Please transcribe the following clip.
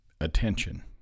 attention